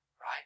right